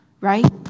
right